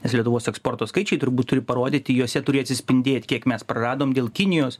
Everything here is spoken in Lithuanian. nes lietuvos eksporto skaičiai turbūt turi parodyti juose turi atsispindėt kiek mes praradom dėl kinijos